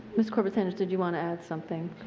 ms. corbett sanders, did you want to add something?